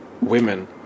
women